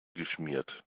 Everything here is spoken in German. geschmiert